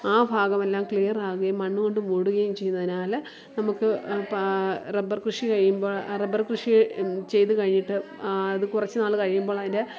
ആ ഭാഗം എല്ലാം ക്ലിയർ ആകുകയും മണ്ണുകൊണ്ട് മൂടുകയും ചെയ്യുന്നതിനാൽ നമുക്ക് പാ റബ്ബർ കൃഷി കഴിയുമ്പോൾ ആ റബ്ബർ കൃഷി ചെയ്തു കഴിഞ്ഞിട്ട് അത് കുറച്ച് നാൾ കഴിയുമ്പോൾ അതിൻ്റെ